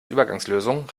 übergangslösung